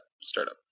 startup